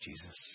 Jesus